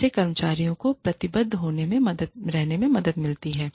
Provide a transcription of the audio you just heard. इससे कर्मचारियों को प्रतिबद्ध रहने में मदद मिलती है